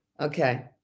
Okay